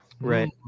Right